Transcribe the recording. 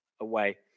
away